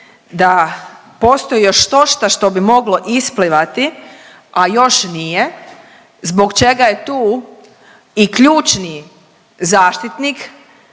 da postoji još štošta što bi moglo isplivati, a još nije, zbog čega je tu i ključni zaštitnik,